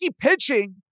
pitching